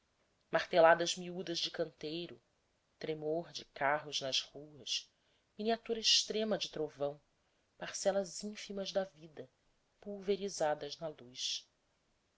marteladas miúdas de canteiro tremor de carros nas ruas miniatura extrema de trovão parcelas ínfimas da vida pulverizadas na luz